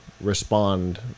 respond